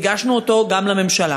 והגשנו אותה גם לממשלה.